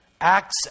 acts